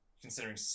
considering